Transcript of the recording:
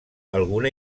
alguna